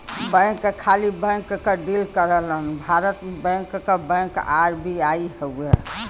bank खाली bank क deal करलन भारत में बैंक क बैंक आर.बी.आई हउवे